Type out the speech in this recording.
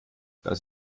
das